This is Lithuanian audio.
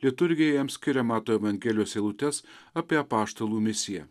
liturgija jam skiria mato evangelijos eilutes apie apaštalų misiją